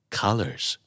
colors